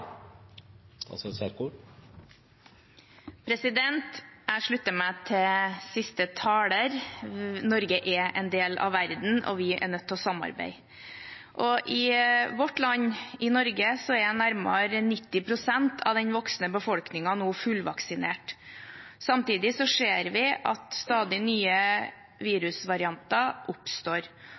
en del av verden, og vi er nødt til å samarbeide. I vårt land, i Norge, er nærmere 90 pst. av den voksne befolkningen nå fullvaksinert. Samtidig ser vi at stadig nye virusvarianter oppstår,